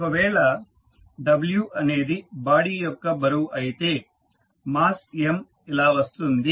ఒకవేళ w అనేది body యొక్క బరువు అయితే మాస్ M ఇలా వస్తుంది